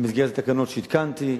במסגרת התקנות שהתקנתי,